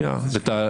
להם.